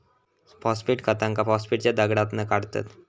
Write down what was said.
phosphate खतांका फॉस्फेटच्या दगडातना काढतत